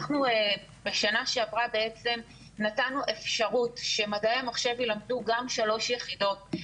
אנחנו בשנה שעברה נתנו אפשרות שמדעי המחשב יילמדו גם שלוש יחידות.